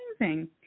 amazing